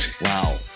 Wow